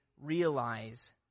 realize